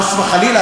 חס וחלילה,